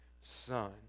son